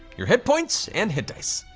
your hit points and hit dice.